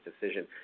decision